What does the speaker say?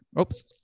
oops